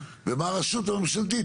ומה הרשות הממשלתית.